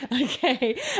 Okay